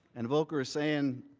and volker is saying